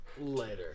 Later